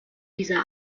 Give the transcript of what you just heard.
dieser